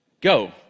Go